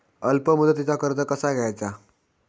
अल्प मुदतीचा कर्ज कसा घ्यायचा?